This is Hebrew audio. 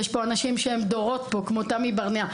יש פה אנשים שהם דורות פה כמו תמי ברנע,